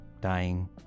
dying